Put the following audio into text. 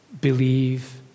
believe